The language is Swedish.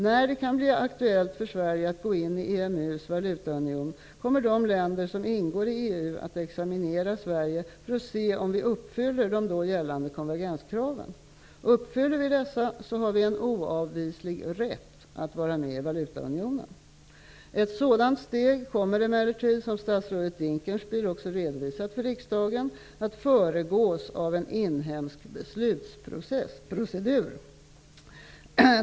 När det kan bli aktuellt för Sverige att gå in i EMU:s valutaunion, kommer de länder som ingår i EU att examinera Sverige för att se om vi uppfyller de då gällande konvergenskraven. Uppfyller vi dessa har vi en oavvislig rätt att vara med i valutaunionen. Ett sådant steg kommer emellertid, som statsrådet Dinkelspiel också redovisat för riksdagen, att föregås av en inhemsk beslutsprocedur.